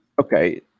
Okay